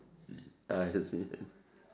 I see